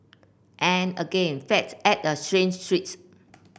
and again fate added a strange twist